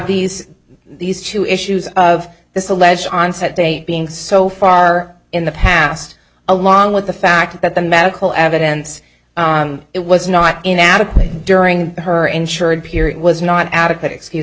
these these two issues of this alleged onset date being so far in the past along with the fact that the medical evidence it was not inadequate during her insured period was not adequate excuse